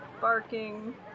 barking